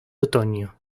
otoño